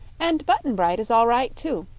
and button-bright is all right, too.